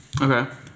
Okay